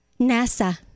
NASA